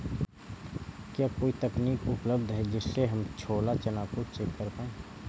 क्या कोई तकनीक उपलब्ध है जिससे हम छोला चना को चेक कर पाए?